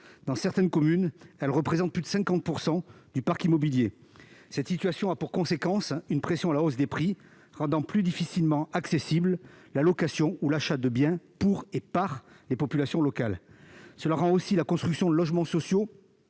dans certaines communes, représentent plus de 50 % du parc immobilier. Cette situation a pour conséquence une pression à la hausse sur les prix, qui rend plus difficilement accessible la location ou l'achat de biens par et pour les populations locales. La construction de logements sociaux